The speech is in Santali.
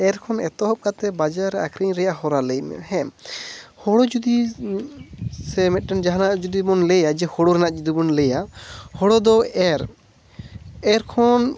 ᱮᱨ ᱠᱷᱚᱱ ᱮᱛᱚᱦᱚᱵ ᱠᱟᱛᱮᱫ ᱵᱟᱡᱟᱨ ᱨᱮ ᱟᱹᱠᱷᱟᱨᱤᱧ ᱨᱮᱭᱟᱜ ᱦᱚᱨᱟ ᱞᱟᱹᱭᱢᱮ ᱦᱳᱲᱳ ᱡᱩᱫᱤ ᱥᱮ ᱢᱤᱫᱴᱟᱝ ᱡᱟᱦᱟᱱᱟᱜ ᱡᱩᱫᱤ ᱵᱚᱱ ᱞᱟᱹᱭᱟ ᱡᱮ ᱦᱳᱲᱳ ᱨᱮᱱᱟᱜ ᱡᱩᱫᱤ ᱵᱚᱱ ᱞᱟᱹᱭᱟ ᱦᱳᱲᱳ ᱫᱚ ᱮᱨ ᱮᱨ ᱠᱷᱚᱱ